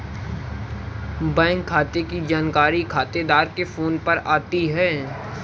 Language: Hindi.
बैंक खाते की जानकारी खातेदार के फोन पर आती है